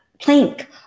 plank